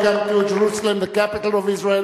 חברות וחברי הכנסת,